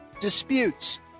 Disputes